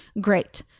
great